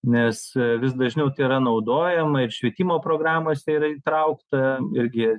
nes vis dažniau tai yra naudojama ir švietimo programose yra įtraukta irgi